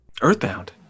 earthbound